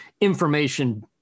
information